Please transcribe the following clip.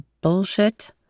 bullshit